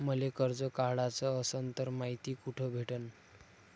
मले कर्ज काढाच असनं तर मायती कुठ भेटनं?